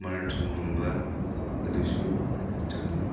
ꯃꯔꯥꯊꯣꯟꯒꯨꯝꯕ ꯑꯗꯨꯁꯨ ꯆꯪꯉꯤ